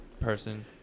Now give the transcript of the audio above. person